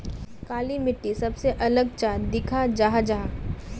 काली मिट्टी सबसे अलग चाँ दिखा जाहा जाहा?